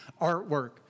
artwork